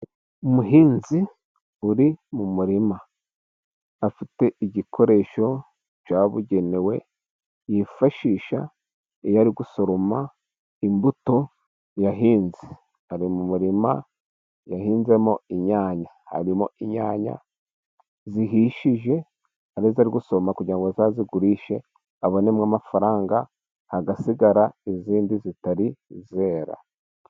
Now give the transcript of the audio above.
Umuhinzi uri mu murima. Afite igikoresho cyabugenewe yifashisha iyo ari gusoroma imbuto yahinze. Ari mu murima yahinzemo inyanya. Harimo inyanya zihishije, hari izo ari gusoroma kugira ngo azazigurishe abonemo amafaranga, hagasigara izindi zitari zera.